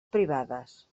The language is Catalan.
privades